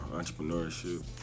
entrepreneurship